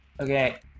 Okay